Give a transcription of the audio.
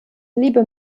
liebe